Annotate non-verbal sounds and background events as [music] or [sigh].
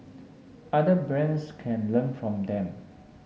[noise] other brands can learn from them